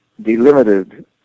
delimited